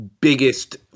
biggest